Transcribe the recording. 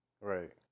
Right